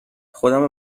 خودمو